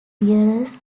bearers